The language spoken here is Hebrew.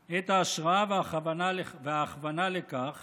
את ההשראה וההכוונה לכך